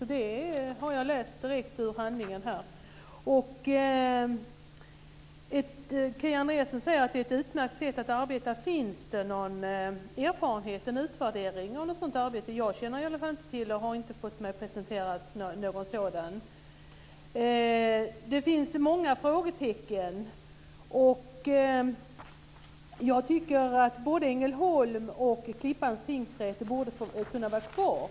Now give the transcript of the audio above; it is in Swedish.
Det har jag läst direkt ur handlingen. Kia Andreasson säger att det är ett utmärkt sätt att arbeta. Finns det någon erfarenhet och någon utvärdering av något sådant arbete? Jag känner i varje fall inte till det, och jag har inte fått mig presenterat någon sådan. Det finns många frågetecken. Både Ängelholms och Klippans tingsrätt borde få vara kvar.